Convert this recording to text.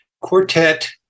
quartet